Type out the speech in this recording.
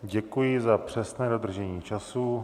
Děkuji za přesné dodržení času.